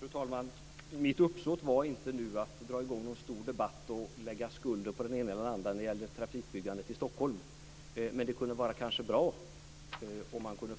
Fru talman! Mitt uppsåt var inte att dra i gång någon stor debatt och lägga skulden på den ena eller andra när det gällde trafikbyggandet i Stockholm. Men det kunde kanske vara bra om man kunde